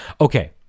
Okay